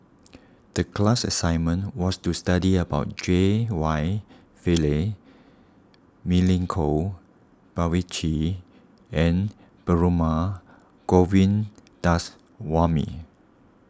the class assignment was to study about J Y Pillay Milenko Prvacki and Perumal Govindaswamy